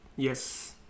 Yes